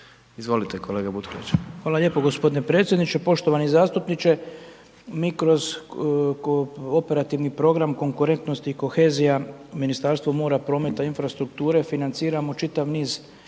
**Butković, Oleg (HDZ)** Hvala lijepo gospodine predsjedniče. Poštovani zastupniče, mi kroz operativni program konkurentnosti i kohezija Ministarstvo mora, prometa i infrastrukture, financiramo čitav niz